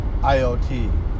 IoT